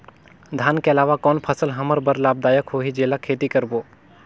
धान के अलावा कौन फसल हमर बर लाभदायक होही जेला खेती करबो?